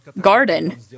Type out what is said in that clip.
Garden